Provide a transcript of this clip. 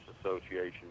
Association